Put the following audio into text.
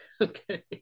Okay